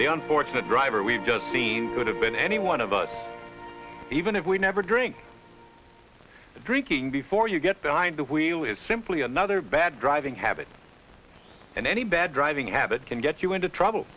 the unfortunate driver we've just seen could have been any one of us even if we never drink the drinking before you get their mind the wheel is simply another bad driving habits and any bad driving habits can get you into trouble